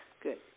good